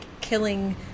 killing